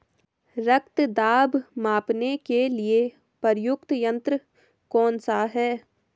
रक्त दाब मापने के लिए प्रयुक्त यंत्र कौन सा है?